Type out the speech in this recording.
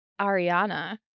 Ariana